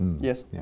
Yes